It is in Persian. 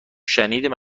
شنیدیم